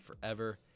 forever